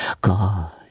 God